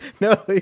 No